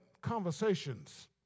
conversations